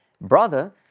brother